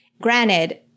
Granted